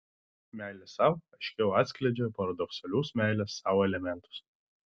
meilė sau aiškiau atskleidžia paradoksalius meilės sau elementus